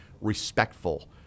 respectful